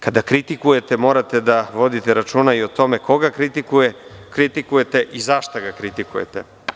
Kada kritikujete, morate da vodite računa i o tome koga kritikujete i za šta ga kritikujete.